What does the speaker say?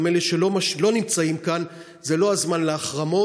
גם אלה שלא נמצאים כאן: זה לא הזמן להחרמות.